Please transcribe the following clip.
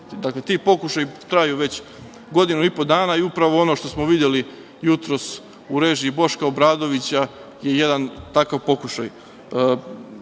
ti pokušaji traju već godinu i po dana i upravo ono što smo videli jutros u režiji Boška Obradovića je jedan takav pokušaj. Imamo